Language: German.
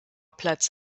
platz